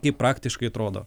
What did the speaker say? kaip praktiškai atrodo